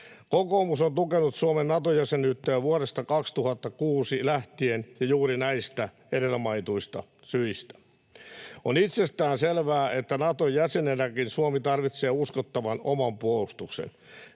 Kokoomus on tukenut Suomen Nato-jäsenyyttä jo vuodesta 2006 lähtien, ja juuri näistä edellä mainituista syistä. On itsestäänselvää, että Nato-jäsenenäkin Suomi tarvitsee uskottavan oman puolustuksen.